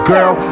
Girl